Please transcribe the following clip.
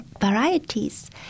varieties